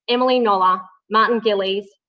emily noah, martin gillies,